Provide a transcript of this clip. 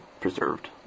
preserved